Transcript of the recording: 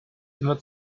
immer